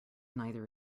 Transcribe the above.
neither